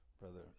Brother